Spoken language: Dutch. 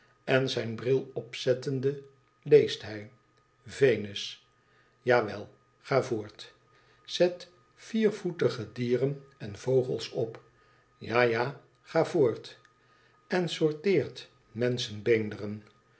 en zijn bril opzettende leest hij t venus jawel ga voort zet viervoetige dieren en vogels op ja ja ga voort n sorteert